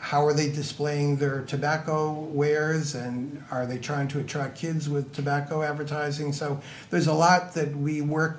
how are they displaying their tobacco wares and are they trying to attract kids with tobacco advertising so there's a lot that we work